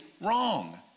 wrong